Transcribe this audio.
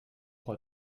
pour